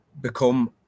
become